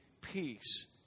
Peace